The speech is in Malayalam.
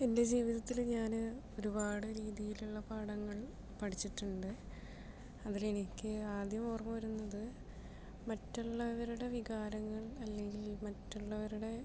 എൻ്റെ ജീവിതത്തിൽ ഞാന് ഒരുപാട് രീതിയിലുള്ള പാഠങ്ങൾ പഠിച്ചിട്ടുണ്ട് അതിൽ എനിക്ക് ആദ്യം ഓർമ്മ വരുന്നത് മറ്റുള്ളവരുടെ വികാരങ്ങൾ അല്ലെങ്കിൽ മറ്റുള്ളവരുടെ